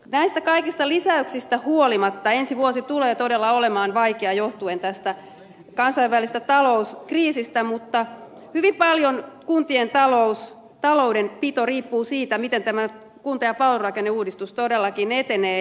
näistä kaikista lisäyksistä huolimatta ensi vuosi tulee todella olemaan vaikea johtuen tästä kansainvälisestä talouskriisistä mutta hyvin paljon kuntien taloudenpito riippuu sitä miten tämä kunta ja palvelurakenneuudistus todellakin etenee